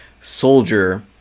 soldier